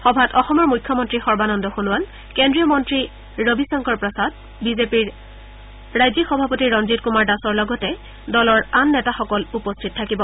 সভাত অসমৰ মুখ্যমন্তী সৰ্বানন্দ সোণোৱাল কেন্দ্ৰীয়মন্তী ৰবিশংকৰ প্ৰসাদ ৰাজ্যিক বিজেপিৰ সভাপতি ৰঞ্জিৎ কুমাৰ দাসৰ লগতে দলৰ আন নেতাসকল উপস্থিত থাকিব